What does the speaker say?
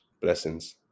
Blessings